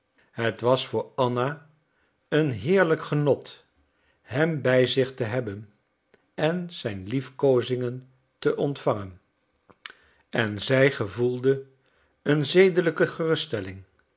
het was voor anna een heerlijk genot hem bij zich te hebben en zijn liefkoozingen te ontvangen en zij gevoelde een zedelijke geruststelling